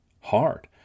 hard